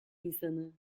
insanı